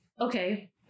okay